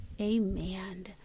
amen